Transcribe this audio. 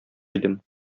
идем